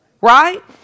Right